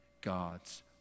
God's